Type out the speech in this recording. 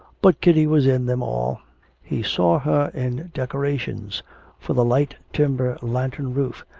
but kitty was in them all he saw her in decorations for the light timber lantern roof,